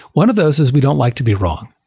one of those is we don't like to be wrong.